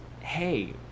hey